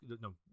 no